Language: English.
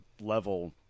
level